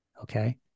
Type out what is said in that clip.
okay